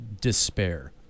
despair